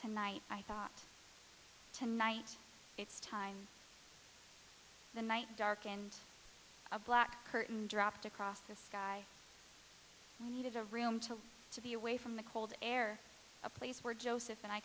tonight i thought tonight it's time the night dark and a black curtain dropped across the sky we needed a room to to be away from the cold air a place where joseph and i